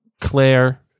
Claire